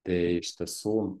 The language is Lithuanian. tai iš tiesų